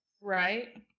Right